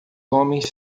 homens